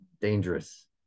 dangerous